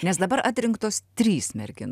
nes dabar atrinktos trys merginos